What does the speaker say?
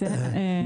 בסדר.